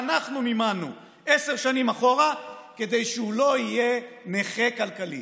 שאנחנו מימנו עשר שנים אחורה כדי שהוא לא יהיה נכה כלכלית.